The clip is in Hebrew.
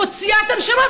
מוציאה את הנשמה,